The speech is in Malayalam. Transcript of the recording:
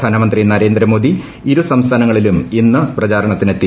പ്രധാനമന്ത്രി നരേന്ദ്രമോദി ഇരു സംസ്ഥാനങ്ങളിലും ഇന്ന് പ്രചാരണത്തിനെത്തി